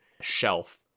shelf